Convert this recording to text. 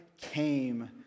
came